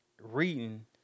reading